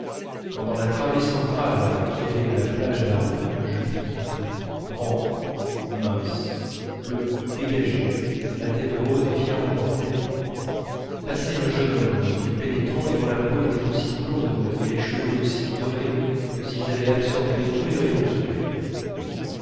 quand dans la travée centrale qui allait de la plage à la route je vis grand mince le cou dégagé la tête haute et fièrement portée passer un jeune homme aux yeux pénétrants et dont la peau était aussi blonde et les cheveux aussi dorés que s'ils avaient absorbé tous les rayons du soleil